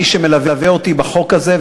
מי שמלווה אותי בחוק הזה,